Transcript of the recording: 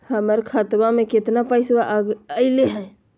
हमर खतवा में कितना पैसवा अगले हई?